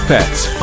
Pets